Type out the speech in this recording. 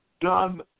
done